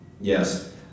Yes